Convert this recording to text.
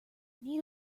need